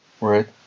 right